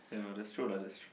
ya that's true lah that's true